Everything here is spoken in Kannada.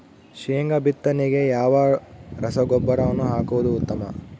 ಶೇಂಗಾ ಬಿತ್ತನೆಗೆ ಯಾವ ರಸಗೊಬ್ಬರವನ್ನು ಹಾಕುವುದು ಉತ್ತಮ?